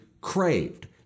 craved